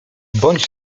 bądź